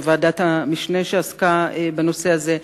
בוועדת המשנה שעסקה בנושא הזה.